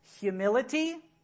Humility